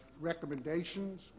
recommendations